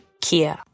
Kia